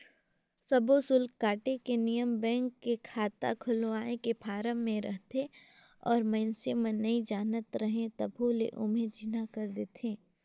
सब्बो सुल्क काटे के नियम बेंक के खाता खोलवाए के फारम मे रहथे और मइसने मन नइ जानत रहें तभो ले ओम्हे चिन्हा कर देथे